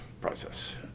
process